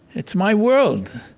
it's my world.